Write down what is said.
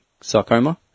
sarcoma